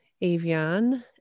Avian